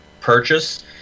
purchase